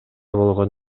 болгон